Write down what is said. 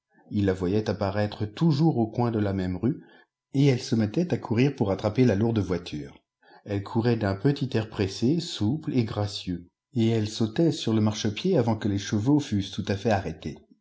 ii la voyait apparaître toujours au coin de la même rue et elle se mettait à courir pour rattraper la lourde voiture elle courait d'un petit air pressé souple et gracieux et elle sautait sur le marchepied avant que les chevaux fussent tout à fait arrêtés